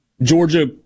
Georgia